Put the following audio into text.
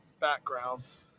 backgrounds